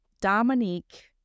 Dominique